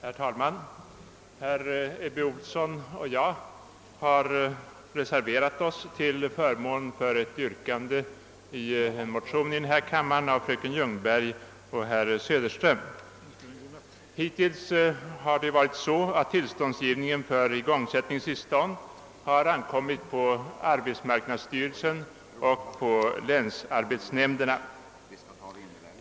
Herr talman! Herr Ebbe Ohlsson och jag har reserverat oss till förmån för ett yrkande i en motion i denna kammare av fröken Ljungberg och herr Söderström. Hittills har tillståndsgivningen för igångsättning ankommit på arbetsmarknadsstyrelsen och länsarbetsnämnderna.